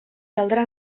caldrà